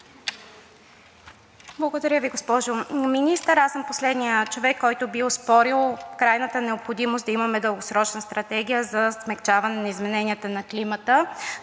Благодаря Ви, госпожо Министър. Аз съм последният човек, който би оспорил крайната необходимост да имаме Дългосрочна стратегия за смекчаване на измененията на климата,